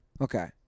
Okay